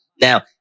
Now